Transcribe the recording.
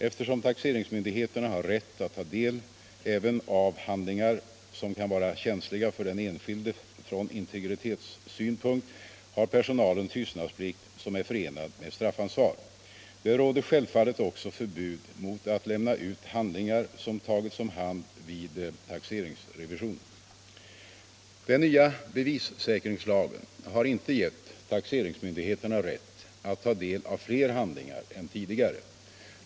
Eftersom taxeringsmyndigheterna har rätt att ta del även av handlingar som kan vara känsliga för den enskilde från integritetssynpunkt, har personalen tystnadsplikt som är förenad med straffansvar. Det råder självfallet också förbud mot att lämna ut handlingar som tagits om hand vid taxeringsrevision. Den nya bevissäkringslagen har inte gett taxeringsmyndigheterna rätt att ta del av fler handlingar än tidigare.